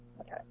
Okay